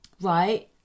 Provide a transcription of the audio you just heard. right